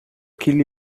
qu’il